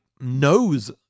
knows